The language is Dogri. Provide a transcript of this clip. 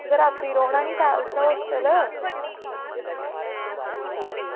बाऽ रातीं रौह्ना नी इत्थें हॉस्टल